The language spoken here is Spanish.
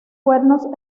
cuernos